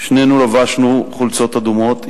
שנינו לבשנו חולצות אדומות,